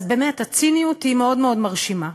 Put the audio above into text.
אז באמת, הציניות היא מאוד מאוד מרשימה.